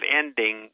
ending